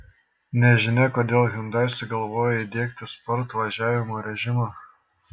nežinia kodėl hyundai sugalvojo įdiegti sport važiavimo režimą